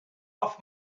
off